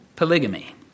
polygamy